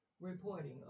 reporting